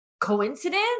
coincidence